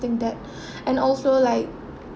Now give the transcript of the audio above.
~ting debt and also like